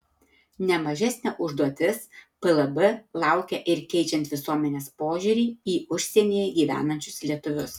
ne mažesnė užduotis plb laukia ir keičiant visuomenės požiūrį į užsienyje gyvenančius lietuvius